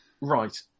Right